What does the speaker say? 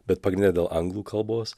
bet pagrinde dėl anglų kalbos